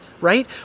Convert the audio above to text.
right